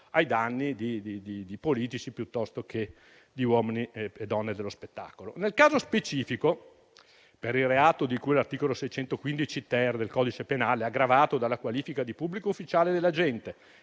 ai danni di politici piuttosto che di uomini e donne dello spettacolo. Nel caso specifico, per il reato di cui all'articolo 615-*ter* del codice penale, aggravato dalla qualifica di pubblico ufficiale dell'agente